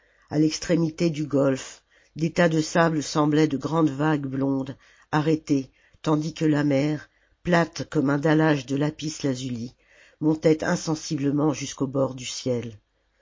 à l'extrémité du golfe des tas de sables semblaient de grandes vagues blondes arrêtées tandis que la mer plate comme un dallage de lapis-lazuli montait insensiblement jusqu'au bord du ciel